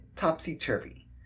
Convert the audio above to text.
topsy-turvy